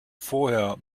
vorher